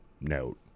note